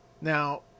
Now